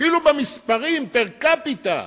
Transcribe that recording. אפילו במספרים פר-קפיטל,